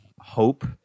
hope